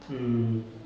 mm